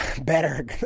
better